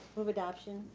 move adoption.